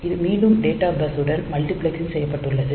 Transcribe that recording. இது மீண்டும் data bus உடன் மல்டிபிளக்ஸ் செய்யப்பட்டுள்ளது